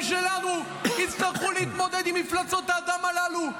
שלנו יצטרכו להתמודד עם מפלצות האדם הללו,